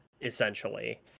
essentially